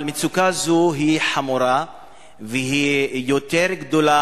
אבל מצוקה זו היא חמורה והיא גדולה